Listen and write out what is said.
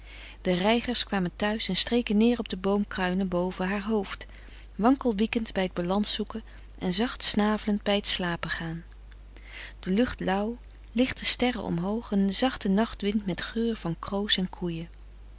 de reigers kwamen thuis en streken neer op de boomkruinen boven haar hoofd wankel wiekend bij t balans zoeken en zacht snavelend bij t slapengaan de lucht lauw lichte sterren omhoog een zachte nachtwind met geur van kroos en koeien